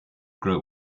grow